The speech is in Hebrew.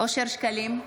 אושר שקלים,